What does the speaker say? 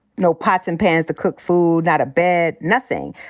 no pots and pans to cook food, not a bed, nothing.